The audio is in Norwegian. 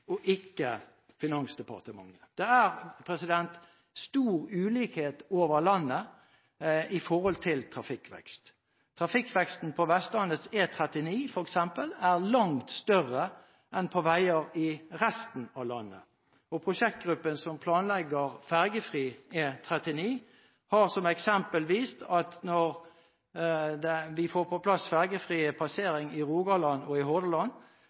og ikke Finansdepartementet? Det er stor ulikhet over hele landet i forhold til trafikkvekst. Trafikkveksten på f.eks. Vestlandets E39 er langt større enn på veier i resten av landet. Og prosjektgruppen som planlegger ferjefri E39, har som eksempel vist at når vi får på plass ferjefrie passeringer i Rogaland og Hordaland, vil trafikken være fire ganger større enn i